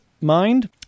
mind